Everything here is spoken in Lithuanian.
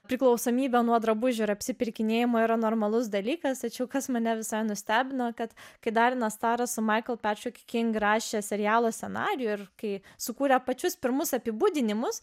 priklausomybę nuo drabužių ir apsipirkinėjama yra normalus dalykas tačiau kas mane visai nustebino kad kai darvinas staras su maiklu king serialo scenarijų ir kai sukūrė pačius pirmus apibūdinimus